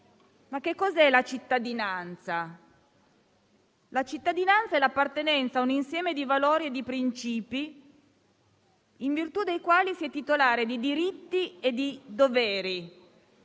allo studente Zaki. La cittadinanza è l'appartenenza a un insieme di valori e di principi, in virtù dei quali si è titolari di diritti e di doveri